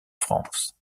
france